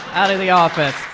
out of the office.